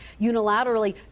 unilaterally